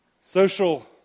Social